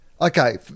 Okay